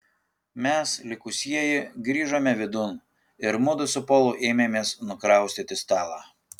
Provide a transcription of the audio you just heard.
mes likusieji grįžome vidun ir mudu su polu ėmėmės nukraustyti stalą